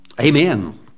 Amen